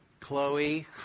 Chloe